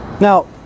Now